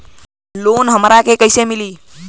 Loan हमरा के कईसे मिली?